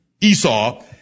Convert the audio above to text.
Esau